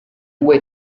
due